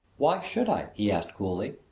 why should i? he asked coolly.